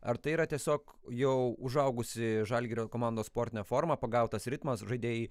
ar tai yra tiesiog jau užaugusi žalgirio komandos sportinė forma pagautas ritmas žaidėjai